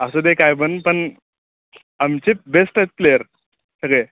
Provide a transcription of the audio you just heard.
असू दे काय पण पण आमचेच बेस्ट आहेत प्लेयर सगळे